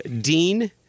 Dean